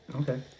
Okay